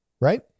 right